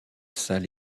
salle